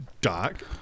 dark